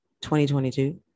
2022